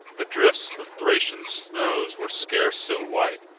the drifts of thracian snows were scarce so white,